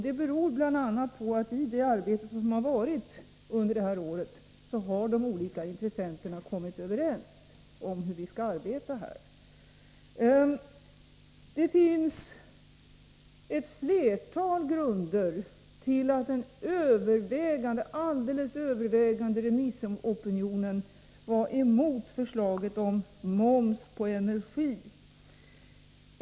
Det beror bl.a. på att de olika intressenterna under detta år har kommit överens om hur man bör arbeta med detta. Det finns ett flertal grunder till att den alldeles övervägande remissopinionen var emot förslaget om moms på energi.